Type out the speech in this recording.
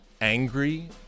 angry